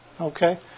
okay